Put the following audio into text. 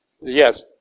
Yes